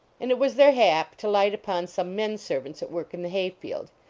and it was their hap to light upon some men-servants at work in the hay-field.